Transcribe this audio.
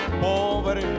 pobre